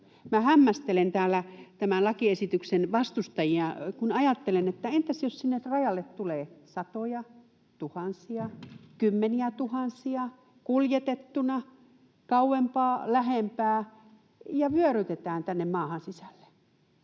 hämmästelen täällä tämän lakiesityksen vastustajia, kun ajattelen, että entäs jos sinne rajalle tulee satoja, tuhansia, kymmeniätuhansia kuljetettuna kauempaa ja lähempää ja vyörytetään tänne maahan sisälle.